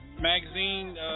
Magazine